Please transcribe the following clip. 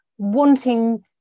wanting